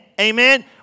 amen